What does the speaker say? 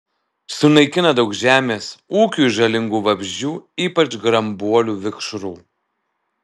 sunaikina daug žemės ūkiui žalingų vabzdžių ypač grambuolių vikšrų